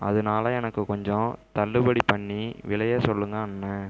அதனால எனக்கு கொஞ்சம் தள்ளுபடி பண்ணி விலையை சொல்லுங்க அண்ணன்